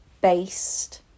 based